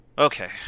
Okay